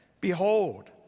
behold